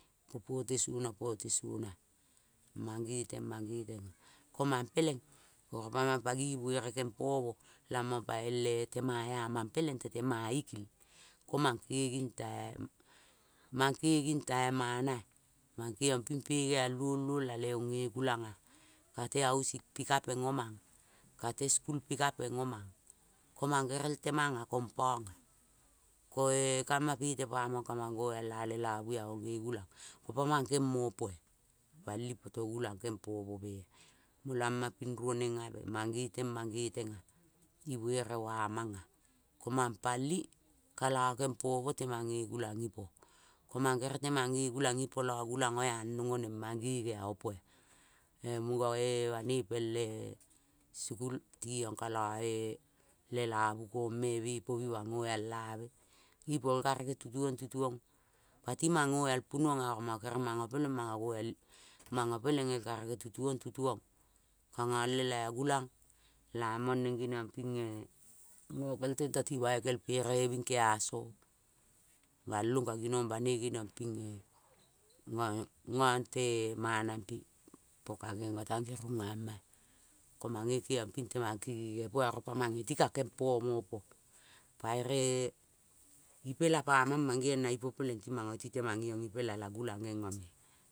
Polesonlesono mangeleng mang geteng. Ko mang peleng pamang pangi buere kempomo lamong pa ele tema ea mang pa tema ikil. Ko mang kenging tai mang kenging tai manaea, mang kengiong ping pengeal luoluol leong nge gulangea, pale, ausik pikapeng omang, ka le school pikapeng o mang, ko mang gerel temangea konpongea. Koe kamapele ka mang ngoal ealelabu eaong nge gulang kopamang kemo poea palipoto gulang kengpomoea lamaping nionengabe mangeteng mangetengea ibuere wamangea, komang pali kolo kempomo temangngo gulang ipo. Komang kere temangnge gulang ipo io gulang ngo anong oneng mangenea opoea. Ee mongoe banoi pele school tiong koioe lelabu. Kong me bepo bimang ngoalabe ipol karege titutotituto. Patimang ngoal punuonga oromongo keremongo peleng mongo goal ipoea. Mongo pelengel karage tituongtituong. Ngolela ea gulang lamong neng geniong banoi geniongpingea gong gongtea manampe pka ngengotang ngiruagamaea. Komange kengiongping temangkengenge poea, oropamang ereti kakem pomopo, paeree, ipela la gulang ngengo